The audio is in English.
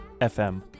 FM